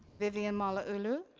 vivian malauulu?